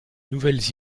nouvelles